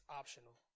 optional